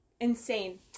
insane